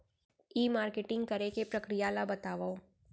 ई marketing करे के प्रक्रिया ला बतावव?